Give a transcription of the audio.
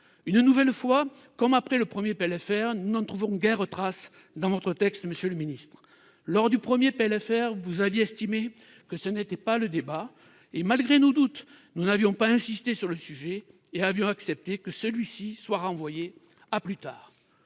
Une nouvelle fois, comme après le premier PLFR, nous n'en trouvons guère trace dans votre texte, monsieur le ministre. Lors de l'examen du premier PLFR, vous aviez estimé que ce n'était pas le débat et, malgré nos doutes, nous n'avions pas insisté et avions accepté que le sujet soit renvoyé à plus tard.